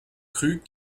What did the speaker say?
crut